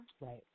Right